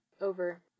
over